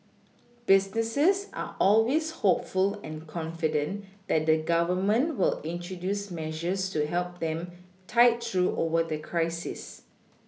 businesses are always hopeful and confident that the Government will introduce measures to help them tide through over the crisis